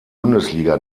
bundesliga